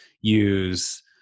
use